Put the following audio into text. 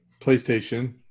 playstation